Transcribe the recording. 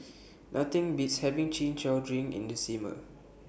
Nothing Beats having Chin Chow Drink in The Summer